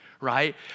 right